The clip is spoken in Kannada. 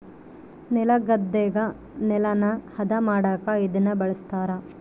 ನೆಲಗದ್ದೆಗ ನೆಲನ ಹದ ಮಾಡಕ ಇದನ್ನ ಬಳಸ್ತಾರ